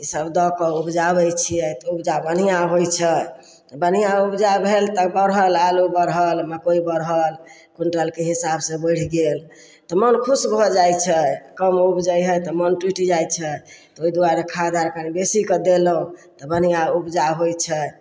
ई सब दअ कऽ उपजाबय छियै तऽ उपजा बढ़िआँ होइ छै तऽ बढ़िआँ उपजा भेल तऽ बढ़ल आलू बढ़ल मकइ बढ़ल क्विंटलके हिसाबसँ बढ़ि गेल तऽ मन खुश भऽ जाइ छै कम उपजय हइ तऽ मन टूटि जाइ छै तऽ ओइ दुआरे खाद आर कनी बेसी कऽ देलहुँ तऽ बढ़िआँ उपजा होइ छै